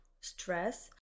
stress